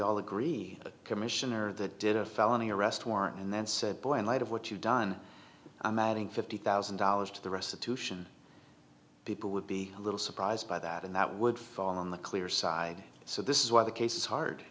all agree commissioner that did a felony arrest warrant and then said boy in light of what you've done i'm outing fifty thousand dollars to the restitution people would be a little surprised by that and that would fall on the clear side so this is why the case is hard